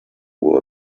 will